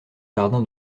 jardin